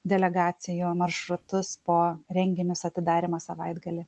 delegacijų maršrutus po renginius atidarymo savaitgalį